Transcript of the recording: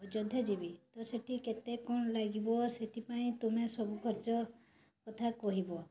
ଅଯୋଧ୍ୟା ଯିବି ତ ସେଠି କେତେ କ'ଣ ଲାଗିବ ସେଥିପାଇଁ ତୁମେ ସବୁ ଖର୍ଚ୍ଚ କଥା କହିବ